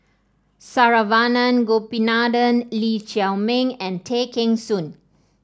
Saravanan Gopinathan Lee Chiaw Meng and Tay Kheng Soon